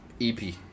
EP